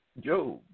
Job